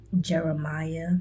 Jeremiah